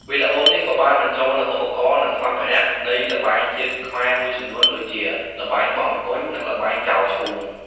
វីដេអូនេះក៏បានបញ្ចូលនូវឧបករណ៍ និងសម្ភារៈនៃល្បែងជាតិខ្មែរមួយចំនួនដូចជា ល្បែងបោះអង្គញ់ និងល្បែងចោលឈូង។